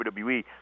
WWE